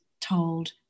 told